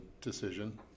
decision